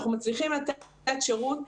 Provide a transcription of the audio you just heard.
אנחנו מצליחים לתת שירות,